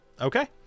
okay